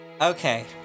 Okay